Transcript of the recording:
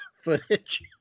footage